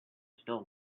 still